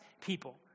people